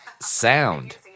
sound